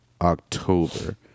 October